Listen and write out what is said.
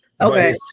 Okay